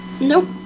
Nope